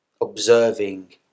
observing